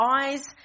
eyes